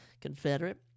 confederate